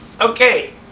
Okay